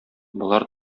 болар